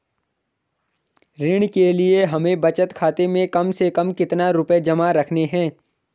ऋण के लिए हमें बचत खाते में कम से कम कितना रुपये जमा रखने हैं?